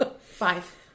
Five